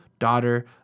daughter